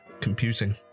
computing